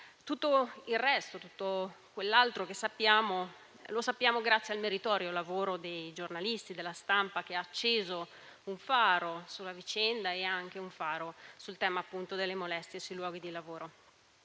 Tutto il resto, tutto l'altro che sappiamo lo conosciamo grazie al meritorio lavoro dei giornalisti, della stampa che ha acceso un faro sulla vicenda e sul tema delle molestie sul luogo di lavoro.